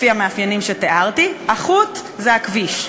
לפי המאפיינים שתיארתי, החוט זה הכביש.